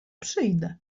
przyjdę